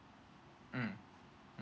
mm